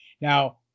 Now